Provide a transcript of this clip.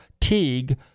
Teague